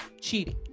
cheating